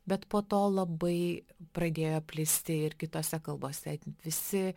bet po to labai pradėjo plisti ir kitose kalbose visi